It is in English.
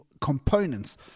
Components